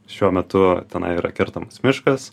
šiuo metu tenai yra kertamas miškas